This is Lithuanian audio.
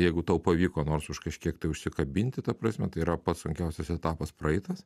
jeigu tau pavyko nors už kažkiek tai užsikabinti ta prasme tai yra pats sunkiausias etapas praeitas